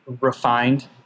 refined